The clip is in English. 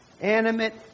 animate